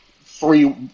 three